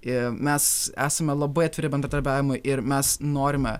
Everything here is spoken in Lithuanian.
ir mes esame labai atviri bendradarbiavimui ir mes norime